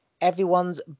everyone's